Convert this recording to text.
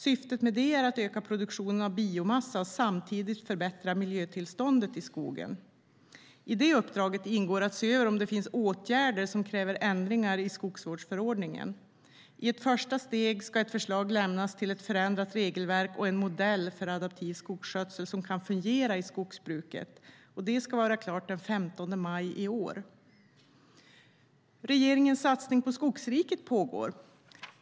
Syftet med detta är att öka produktionen av biomassa och samtidigt förbättra miljötillståndet i skogen. I uppdraget ingår att se över om det finns åtgärder som kräver ändringar i skogsvårdsförordningen. I ett första steg ska man ta fram ett förslag till förändrat regelverk och en modell för adaptiv skogsskötsel som kan fungera i skogsbruket. Detta ska vara klart den 15 maj i år. Regeringens satsning på Skogsriket pågår.